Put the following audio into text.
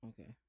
okay